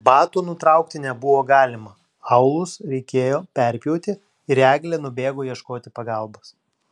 batų nutraukti nebuvo galima aulus reikėjo perpjauti ir eglė nubėgo ieškoti pagalbos